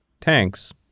tanks